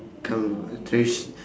traditio~